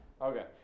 Okay